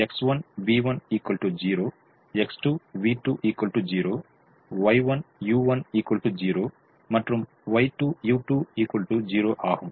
X1V1 0 X2V2 0 Y1U1 0 மற்றும் Y2U2 0 ஆகும்